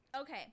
Okay